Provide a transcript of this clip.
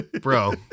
Bro